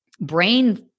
brain